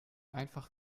einfach